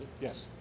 Yes